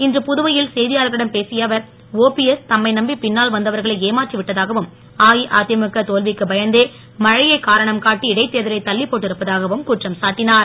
இன்று புதுவையில் செய்தியாளர்களிடம் பேசிய அவர் ஓபிஎஸ் தம்மை நம்பி பின்னால் வந்தவர்களை ஏமாற்றி விட்டதாகவும் அஇஅதிமுக தோல்விக்கு பயந்தே மழையை காரணம் காட்டி இடைத் தேர்தலை தள்ளிப் போட்டிருப்பதாகவும் குற்றம் சாட்டினார்